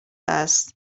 است